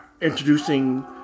introducing